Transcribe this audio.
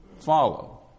follow